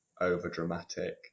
over-dramatic